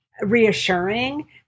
reassuring